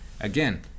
again